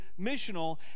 missional